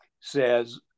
says